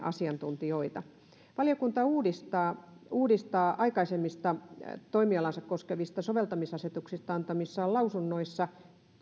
asiantuntijoita valiokunta uudistaa uudistaa aikaisemmista toimialaansa koskevista soveltamisasetuksista antamissaan lausunnoissa